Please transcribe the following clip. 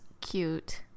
cute